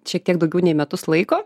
šiek tiek daugiau nei metus laiko